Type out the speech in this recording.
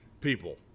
people